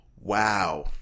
Wow